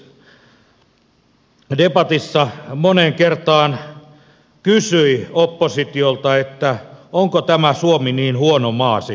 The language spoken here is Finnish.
edustaja zyskowicz debatissa moneen kertaan kysyi oppositiolta onko tämä suomi niin huono maa sitten